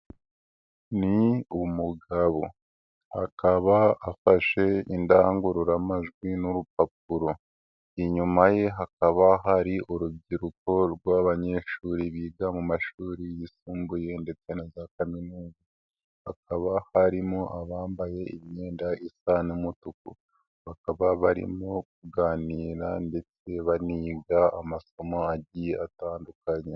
Ni umugabo akaba afashe indangururamajwi n'urupapuro, inyuma ye hakaba hari urubyiruko rw'abanyeshuri biga mu mashuri yisumbuye ndetse na za kaminuza, hakaba harimo abambaye imyenda isa n'umutuku, bakaba barimo kuganira ndetse baniga amasomo agiye atandukanye.